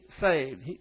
saved